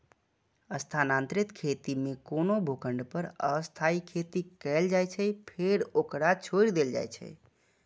स्थानांतरित खेती मे कोनो भूखंड पर अस्थायी खेती कैल जाइ छै, फेर ओकरा छोड़ि देल जाइ छै